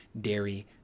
dairy